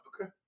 Okay